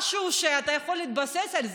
משהו שאתה יכול להתבסס עליו.